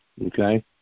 okay